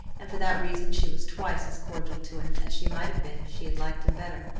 and for that reason she was twice as cordial to him as she might have been if she had liked him better.